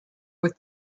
with